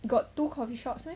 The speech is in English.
got two coffee shops meh